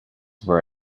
were